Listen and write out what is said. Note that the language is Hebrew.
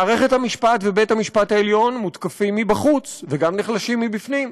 מערכת המשפט ובית-המשפט העליון מותקפים מבחוץ וגם נחלשים מבפנים,